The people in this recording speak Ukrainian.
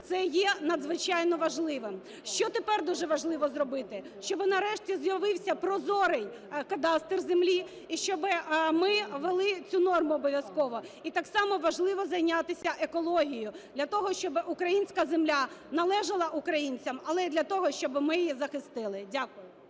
Це є надзвичайно важливим. Що тепер дуже важливо зробити? Щоб нарешті з'явився прозорий кадастр землі, і щоб ми вели цю норму обов'язково. І так само важливо зайнятися екологією для того, щоб українська земля належала українцям, але і для того, щоб ми її захистили. Дякую.